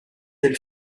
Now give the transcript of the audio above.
del